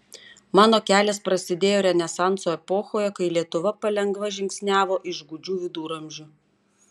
mano kelias prasidėjo renesanso epochoje kai lietuva palengva žingsniavo iš gūdžių viduramžių